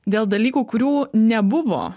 dėl dalykų kurių nebuvo